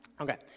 Okay